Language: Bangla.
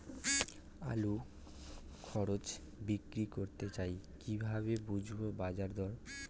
আলু খুচরো বিক্রি করতে চাই কিভাবে বুঝবো বাজার দর?